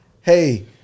hey